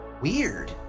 weird